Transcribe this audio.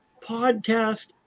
podcast